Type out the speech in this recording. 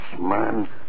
man